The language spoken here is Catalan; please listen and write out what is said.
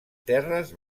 terres